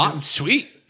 sweet